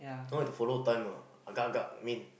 don't have to follow time ah agak agak> I mean